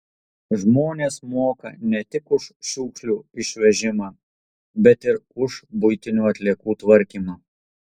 žmonės moka ne tik už šiukšlių išvežimą bet ir už buitinių atliekų tvarkymą